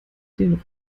den